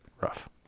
Rough